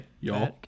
y'all